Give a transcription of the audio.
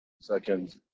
Second